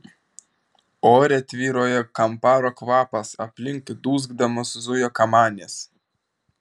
ore tvyrojo kamparo kvapas aplink dūgzdamos zujo kamanės